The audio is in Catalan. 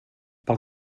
pel